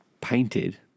painted